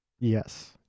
Yes